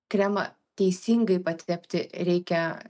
kremą teisingai patepti reikia